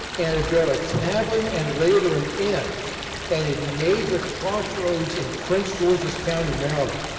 and had built a tavern and later an inn at a major crossroads in prince george's county, maryland.